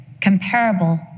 comparable